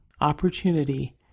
opportunity